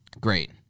Great